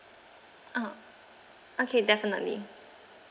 ah okay definitely